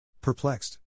Perplexed